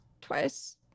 twice